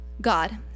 God